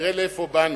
תראה לאיפה באנו.